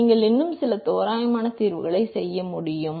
நீங்கள் இன்னும் சில தோராயமான தீர்வுகளைச் செய்ய முடியும்